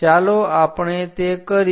ચાલો આપણે તે કરીએ